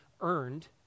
earned